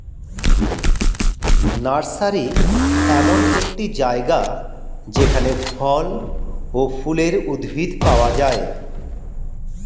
nursery এমন একটি জায়গা যেখানে ফল ও ফুলের উদ্ভিদ পাওয়া যায়